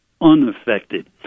unaffected